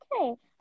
Okay